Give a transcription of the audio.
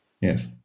Yes